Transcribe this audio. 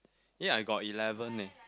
ya I got eleven eh